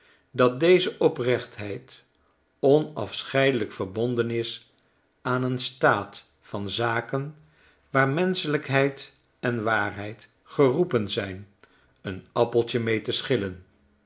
dat deze oprechtheid onafscheidelijk verbonden is aan een staat van zaken waar menschelijkheid en waarheid geroepen zijn een appeltje mee te schillen